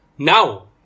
Now